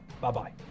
bye-bye